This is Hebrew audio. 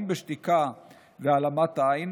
אם בשתיקה והעלמת עין,